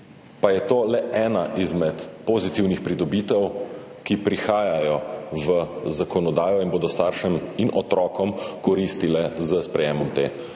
Pa je to le ena izmed pozitivnih pridobitev, ki prihajajo v zakonodajo in bodo staršem in otrokom koristile s sprejetjem te novele,